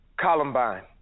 Columbine